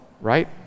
right